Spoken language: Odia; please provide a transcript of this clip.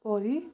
କରି